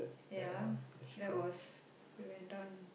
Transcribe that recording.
ya that was we went down